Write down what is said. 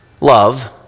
love